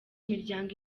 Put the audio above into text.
imiryango